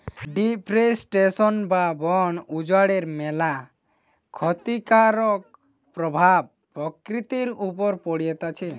deforestation বা বন উজাড়ের ম্যালা ক্ষতিকারক প্রভাব প্রকৃতির উপর পড়তিছে